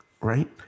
right